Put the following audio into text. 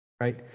right